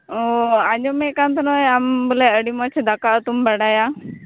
ᱚ ᱟᱸᱡᱚᱢᱮᱫ ᱠᱟᱱ ᱛᱟᱦᱮᱱᱟᱹᱧ ᱟᱢ ᱵᱚᱞᱮ ᱟᱹᱰᱤ ᱢᱚᱡᱽ ᱫᱟᱠᱟ ᱩᱛᱩᱢ ᱵᱟᱰᱟᱭᱟ